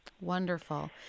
Wonderful